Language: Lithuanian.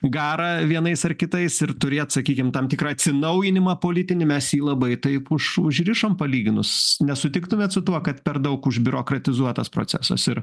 garą vienais ar kitais ir turėt sakykim tam tikrą atsinaujinimą politinį mes jį labai taip už užrišom palyginus nesutiktumėt su tuo kad per daug užbiurokratizuotas procesas ir